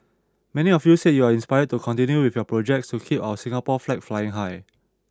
many of you said you are inspired to continue with your projects to keep our Singapore flag flying high